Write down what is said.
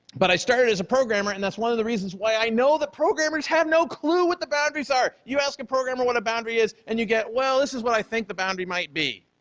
but i started as a programmer and that's one of the reasons why i know the programmers have no clue what the boundaries are. you ask a programmer what a boundary is and you get, well, this is what i think the boundary might be.